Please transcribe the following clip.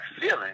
feeling